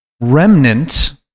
remnant